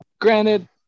granted